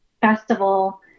festival